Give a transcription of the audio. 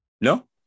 No